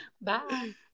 Bye